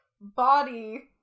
body